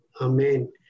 Amen